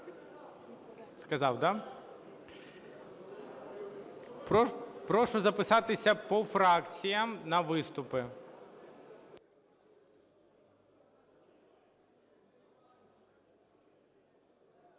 Сказав, да? Прошу записатися по фракціях на виступи.